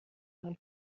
عقل